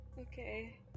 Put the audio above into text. Okay